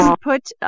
put